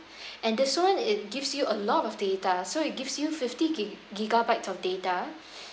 and this [one] it gives you a lot of data so it gives you fifty gig~ gigabytes of data